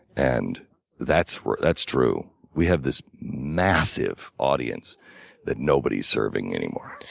and that's that's true. we have this massive audience that nobody's serving anymore.